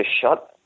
shut